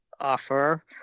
offer